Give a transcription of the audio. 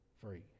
free